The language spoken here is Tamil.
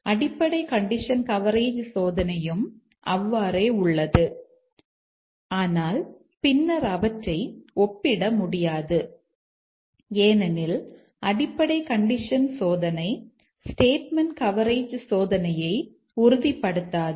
அடிப்படை கண்டிஷன் கவரேஜ் சோதனையும் அவ்வாறே உள்ளது ஆனால் பின்னர் அவற்றை ஒப்பிடமுடியாது ஏனெனில் அடிப்படை கண்டிஷன் சோதனை ஸ்டேட்மெண்ட் கவரேஜ் சோதனையை உறுதிப்படுத்தாது